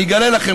אני אגלה לכם,